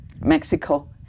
Mexico